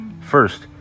First